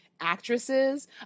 actresses